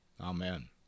Amen